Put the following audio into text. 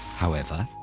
however,